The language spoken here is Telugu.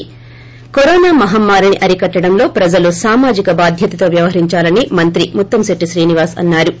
ి కరోనా మహమ్మారిని అరికట్టడంలో ప్రజలు సామాజిక బాధ్యతతో వ్యవహరించాలని మంత్రి ముత్తంశెట్టి శ్రీనివాస్ అన్నా రు